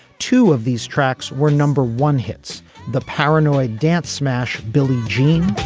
two of these tracks were number one hits the paranoid dance smash billie jean.